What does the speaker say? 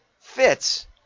fits